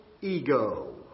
ego